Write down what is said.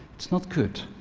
it's not good.